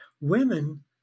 women